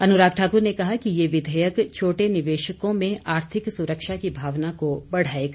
अनुराग ठाकुर ने कहा कि ये विधेयक छोटे निवेशकों में आर्थिक सुरक्षा की भावना को बढ़ाएगा